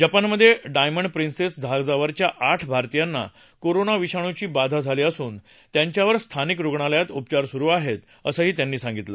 जपानमधे diamond princess जहाजावरच्या आठ भारतीयांना कोरोना विषाणूची बाधा झाली असून त्याच्यावर स्थानिक रुग्णालयात उपचार सुरु आहेत असं त्यांनी सांगितलं